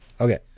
Okay